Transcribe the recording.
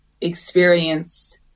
experience